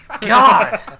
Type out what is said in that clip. God